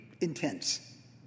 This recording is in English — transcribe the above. intense